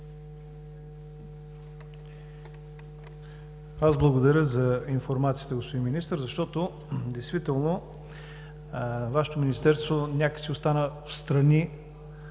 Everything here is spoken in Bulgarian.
Благодаря, за информацията господин Министър, защото действително Вашето Министерство някак си остана встрани